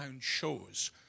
shows